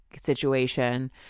situation